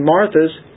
Martha's